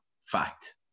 fact